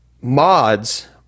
mods